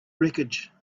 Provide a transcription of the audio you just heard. wreckage